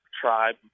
tribe